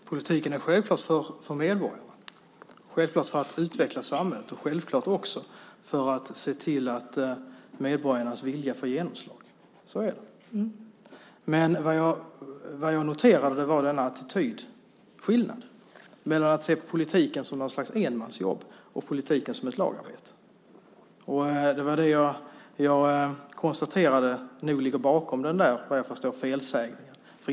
Fru talman! Politiken är självklart till för medborgarna, för att utveckla samhället och för att se till att medborgarnas vilja får genomslag. Det jag noterade var attitydskillnaden mellan att se politiken som ett slags enmansjobb och ett lagarbete. Jag konstaterade att det nog var det som låg bakom felsägningen.